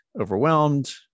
overwhelmed